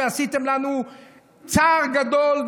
שעשיתם לנו צער גדול,